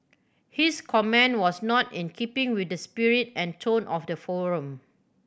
his comment was not in keeping with the spirit and tone of the forum